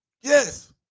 Yes